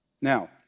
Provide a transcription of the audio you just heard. Now